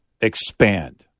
expand